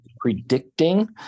predicting